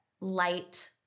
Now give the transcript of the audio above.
light